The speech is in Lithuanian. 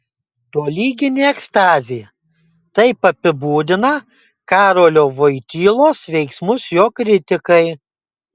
tolyginė ekstazė taip apibūdina karolio voitylos veiksmus jo kritikai